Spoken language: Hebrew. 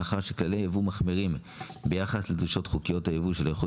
מאחר שכללי ייבוא מחמירים ביחס לדרישות חוקיות הייבוא של האיחוד